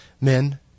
men